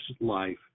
life